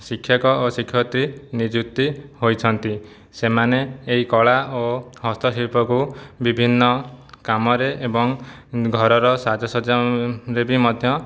ଶିକ୍ଷକ ଓ ଶିକ୍ଷୟିତ୍ରୀ ନିଯୁକ୍ତି ହୋଇଛନ୍ତି ସେମାନେ ଏହି କଳା ଓ ହସ୍ତଶିଳ୍ପକୁ ବିଭିନ୍ନ କାମରେ ଏବଂ ଘରର ସାଜସଜ୍ଜ୍ୟରେ ବି ମଧ୍ୟ